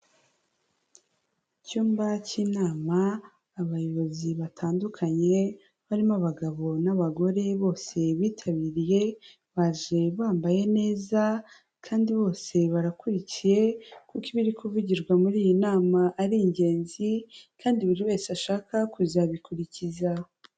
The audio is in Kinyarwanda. Icyumba cy'inama abayobozi batandukanye barimo abagabo n'abagore bose bitabiriye baje bambaye neza kandi bose barakurikiye kuko ibiri kuvugirwa muri iyi nama ari ingenzi kandi buri wese ashaka kuzabikurikiza.